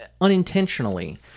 unintentionally